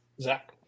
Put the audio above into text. Zach